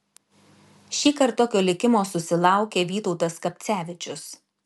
šįkart tokio likimo susilaukė vytautas skapcevičius